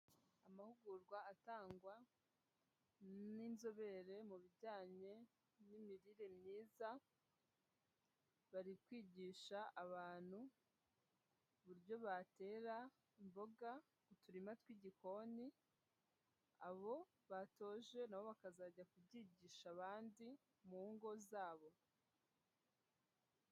Amahugurwa atangwa n'inzobere mu bijyanye n'imirire myiza bari kwigisha abantu uburyo batera imboga uturima tw'igikoni, abo batoje nabo bakazajya kubyigisha abandi mu ngo zabo.